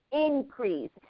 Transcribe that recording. increase